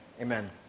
Amen